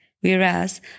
whereas